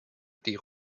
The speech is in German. die